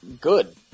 good